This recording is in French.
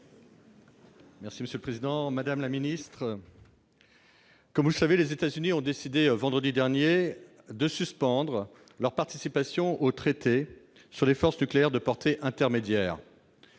Territoires. Madame la ministre, comme vous le savez, les États-Unis ont décidé vendredi dernier de suspendre leur participation au traité sur les forces nucléaires à portée intermédiaire,